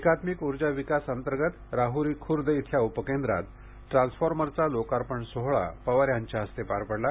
एकात्मिक उर्जा विकासअंतर्गत राहूरी खूर्द येथील उपकेंद्रात ट्रान्सफॉर्मरचा लोकार्पण सोहळा पवार यांच्या हस्ते पार पडला